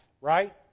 right